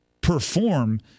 perform